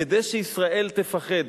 כדי שישראל תפחד.